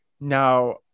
Now